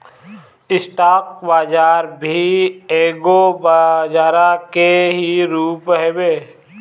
stock बाजार भी एगो बजरा के ही रूप हवे